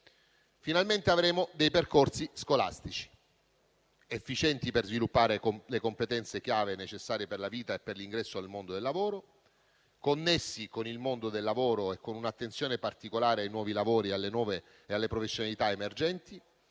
Finalmente avremo dei percorsi scolastici efficienti per sviluppare le competenze chiave necessarie per la vita e per l'ingresso nel mondo del lavoro, connessi con il mondo del lavoro e con un'attenzione particolare ai nuovi lavori e alle professionalità emergenti,